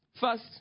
First